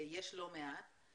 ויש לא מעט,